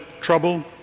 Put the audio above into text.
trouble